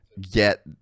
get